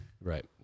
right